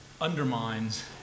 undermines